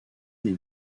des